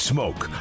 Smoke